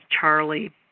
Charlie